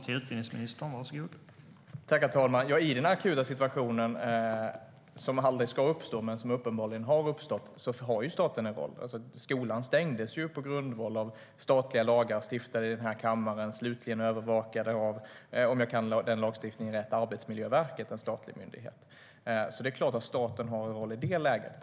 Herr talman! I den akuta situationen - som aldrig ska uppstå men uppenbarligen har uppstått - har staten en roll. Skolan stängdes ju på grundval av statliga lagar, stiftade i den här kammaren och slutligen övervakade av Arbetsmiljöverket, en statlig myndighet, om jag kan den lagstiftningen rätt. Det är klart att staten har en roll i det läget.